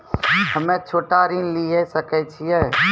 हम्मे छोटा ऋण लिये सकय छियै?